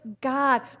God